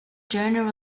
junior